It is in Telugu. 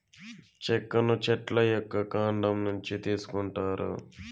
చెక్కను చెట్ల యొక్క కాండం నుంచి తీసుకొంటారు